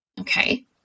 okay